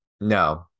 no